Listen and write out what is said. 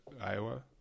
Iowa